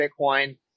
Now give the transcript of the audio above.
Bitcoin